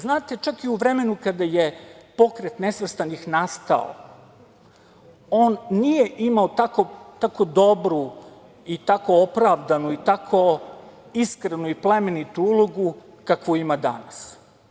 Znate, čak i u vremenu kada je Pokret nesvrstanih nastao, on nije imao tako dobru i tako opravdanu i toko iskrenu i plemenitu ulogu kakvu ima danas.